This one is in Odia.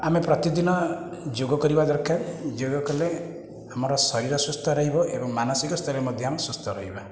ଆମେ ପ୍ରତିଦିନ ଯୋଗ କରିବା ଦରକାର ଯୋଗ କଲେ ଆମର ଶରୀର ସୁସ୍ଥ ରହିବ ଏବଂ ମାନସିକ ସ୍ତରରେ ମଧ୍ୟ ଆମେ ସୁସ୍ଥ ରହିବା